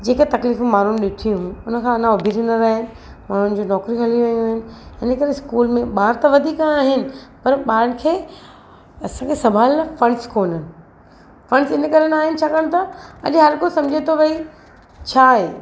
जेके तकलीफ़ु माण्हुनि ॾिठियूं आहिनि हुनखां अञा उबिजा नाहिनि उननि जूं नौकरियूं हली वेयूं आहिनि इनकरे स्कूल में ॿार त वधीक आहिनि पर ॿारनि खे संभालनि फ़ंड्स कोन्हनि फ़ंड्स इनकरे न आहिनि छाकाणि त अॼु हर को सम्झे थो भई छा आहे